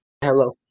Hello